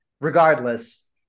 regardless